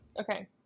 Okay